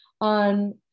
on